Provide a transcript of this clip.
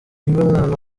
mwana